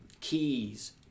keys